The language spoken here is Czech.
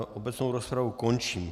Obecnou rozpravu končím.